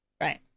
right